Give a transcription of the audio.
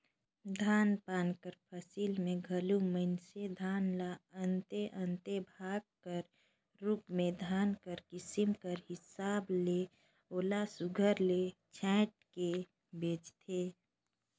धान पान कर फसिल में घलो मइनसे धान ल अन्ते अन्ते भाग कर रूप में धान कर किसिम कर हिसाब ले ओला सुग्घर ले छांएट के बेंचथें